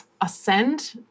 ascend